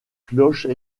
cloches